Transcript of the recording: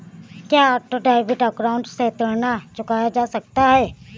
क्या auto debit account से ऋण चुकाया जा सकता है?